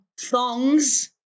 thongs